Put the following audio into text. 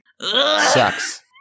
Sucks